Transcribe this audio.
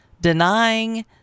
denying